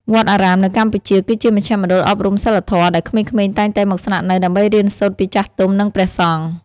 វត្តអារាមនៅកម្ពុជា គឺជាមជ្ឈមណ្ឌលអប់រំសីលធម៌ ដែលក្មេងៗតែងតែមកស្នាក់នៅដើម្បីរៀនសូត្រពីចាស់ទុំ និងព្រះសង្ឃ។